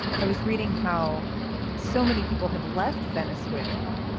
i was reading how so many people have left venezuela.